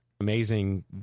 amazing